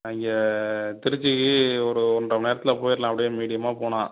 அங்கே திருச்சி ஒரு ஒன்றை மணி நேரத்தில் போயிடலாம் அப்படியே மீடியமாக போனால்